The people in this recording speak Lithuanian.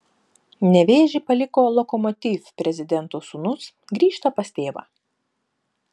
nevėžį paliko lokomotiv prezidento sūnus grįžta pas tėvą